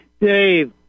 Dave